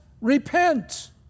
repent